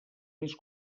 més